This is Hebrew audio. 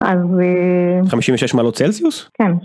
56 מלות צלזיוס? כן.